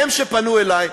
הם שפנו אלי,